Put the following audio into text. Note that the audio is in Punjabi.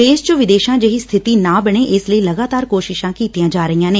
ਦੇਸ਼ 'ਚ ਵਿਦੇਸ਼ਾਂ ਜਿਹੀ ਸਬਿਤੀ ਨਾ ਬਣੇ ਏਸ ਲਈ ਲਗਾਤਾ ਕੋਸ਼ਿਸ਼ਾਂ ਕੀਤੀਆਂ ਜਾ ਰਹੀਆਂ ਨੇ